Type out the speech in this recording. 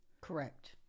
Correct